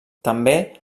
també